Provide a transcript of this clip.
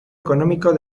económico